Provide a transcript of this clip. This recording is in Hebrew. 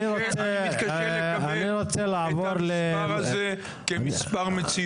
אני רוצה לעבור --- אני מתקשה לקבל את המספר הזה כמספר מציאותי.